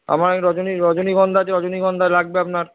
আমার রজনী রজনীগন্ধা আছে রজনীগন্ধা লাগবে আপনার